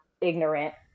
ignorant